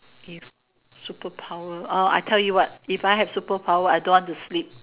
if superpower orh I tell you what if I have superpower I don't want to sleep